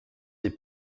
des